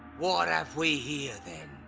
what have we here then?